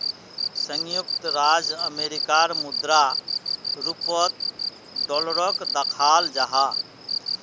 संयुक्त राज्य अमेरिकार मुद्रा रूपोत डॉलरोक दखाल जाहा